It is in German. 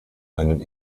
einen